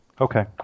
Okay